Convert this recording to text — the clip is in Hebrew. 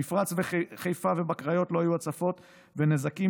במפרץ בחיפה ובקריות לא היו הצפות ונזקים